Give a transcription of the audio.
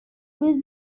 روز